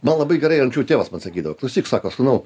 man labai gerai anksčiau tėvas man sakydavo klausyk sako sūnau